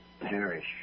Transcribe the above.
perish